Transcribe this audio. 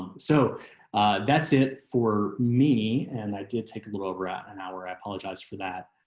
so that's it for me. and i did take a little over at an hour. i apologize for that.